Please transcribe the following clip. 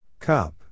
Cup